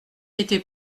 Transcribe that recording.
été